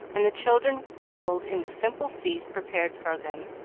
and the children revelled in the simple feast prepared for them.